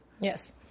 Yes